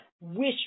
wish